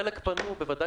חלק פנו, בוודאי